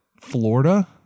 Florida